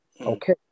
Okay